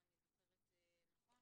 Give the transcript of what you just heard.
אם אני זוכרת נכון.